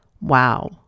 Wow